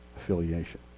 affiliation